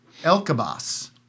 Elkabas